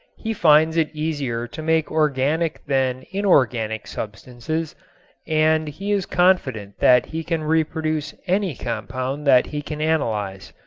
he finds it easier to make organic than inorganic substances and he is confident that he can reproduce any compound that he can analyze.